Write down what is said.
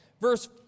verse